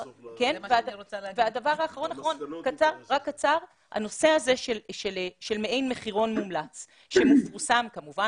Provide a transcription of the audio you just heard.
הנושא הזה של מעין מחירון מומלץ שיפורסם כמובן